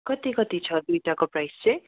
कति कति छ दुइटाको प्राइस चाहिँ